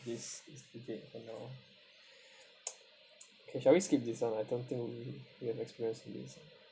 this for now okay shall we skip this [one] I don't think we you have experience in this ah